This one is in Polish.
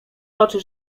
oczy